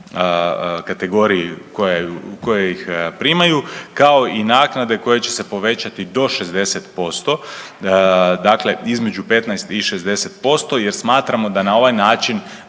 kategoriji koje ih primaju kao i naknade koje će se povećati do 60%, dakle između 15 i 60% jer smatramo da na ovaj način